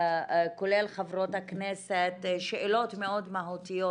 כולל חברות הכנסת, שאלות מאוד מהותיות